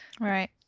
Right